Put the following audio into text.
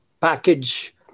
package